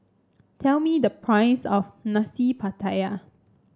tell me the price of Nasi Pattaya